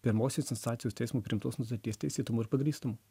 pirmosios instancijos teismo priimtos nutarties teisėtumo ir pagrįstumo